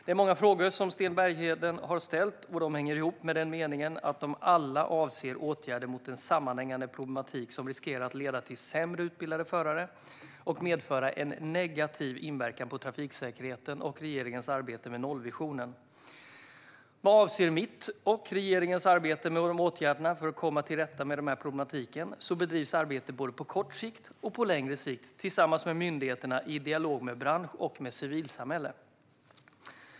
De många frågor som Sten Bergheden har ställt hänger ihop i den meningen att de alla avser åtgärder mot en sammanhängande problematik som riskerar att leda till sämre utbildade förare och medföra en negativ inverkan på trafiksäkerheten och regeringens arbete med nollvisionen. Vad avser mitt och regeringens arbete med åtgärderna för att komma till rätta med den här problematiken bedrivs det på både kort sikt och längre sikt tillsammans med myndigheterna, i dialog med bransch och civilsamhälle.